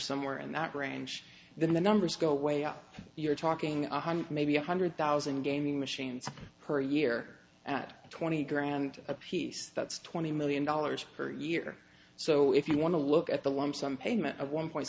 somewhere in that range the numbers go way up you're talking a hundred maybe a hundred thousand gaming machines per year at twenty grand a piece that's twenty million dollars per year so if you want to look at the lump sum payment of one point